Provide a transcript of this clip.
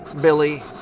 Billy